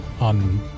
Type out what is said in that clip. on